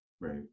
Right